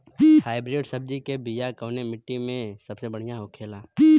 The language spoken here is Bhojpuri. हाइब्रिड सब्जी के बिया कवने मिट्टी में सबसे बढ़ियां होखे ला?